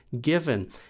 given